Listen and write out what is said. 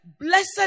Blessed